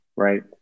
Right